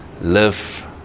live